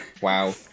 Wow